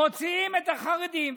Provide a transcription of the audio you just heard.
מוציאים את החרדים.